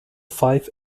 five